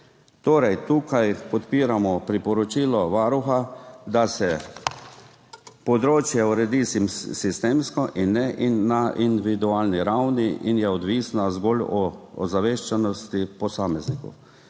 mature. Tukaj podpiramo priporočilo Varuha, da se področje uredi sistemsko in ne na individualni ravni in je odvisno zgolj od ozaveščenosti posameznikov.